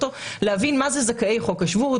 להבין מה זה זכאי חוק השבות,